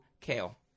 Kale